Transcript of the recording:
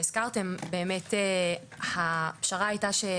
שייתן סיוע ליצירה של אריזות רב פעמיות